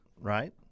right